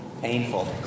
Painful